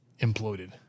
imploded